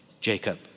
Jacob